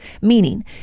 meaning